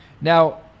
Now